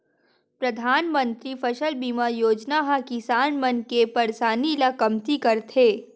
परधानमंतरी फसल बीमा योजना ह किसान मन के परसानी ल कमती करथे